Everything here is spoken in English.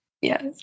yes